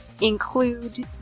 include